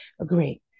agree